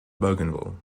bougainville